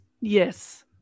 Yes